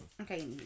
Okay